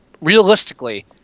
realistically